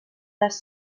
les